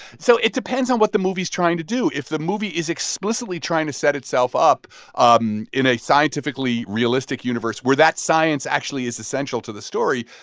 so it depends on what the movie's trying to do. if the movie is explicitly trying to set itself up um in a scientifically realistic universe where that science actually is essential to the story,